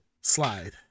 slide